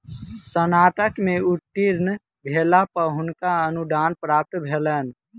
स्नातक में उत्तीर्ण भेला पर हुनका अनुदान प्राप्त भेलैन